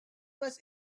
was